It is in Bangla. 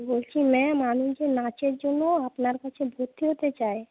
বলছি ম্যাম আমি তো নাচের জন্য আপনার কাছে ভর্তি হতে চাই